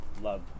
Love